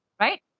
right